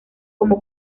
como